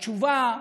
התשובה,